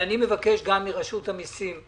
ואני מבקש גם מרשות המיסים: